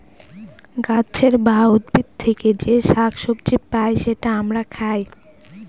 গাছের বা উদ্ভিদ থেকে যে শাক সবজি পাই সেটা আমরা খাই